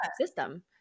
system